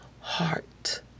heart